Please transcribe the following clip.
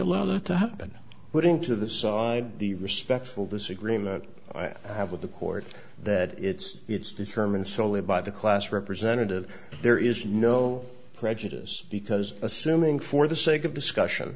allow that to happen putting to the saw the respectful disagreement i have with the court that it's it's determined solely by the class representative there is no prejudice because assuming for the sake of discussion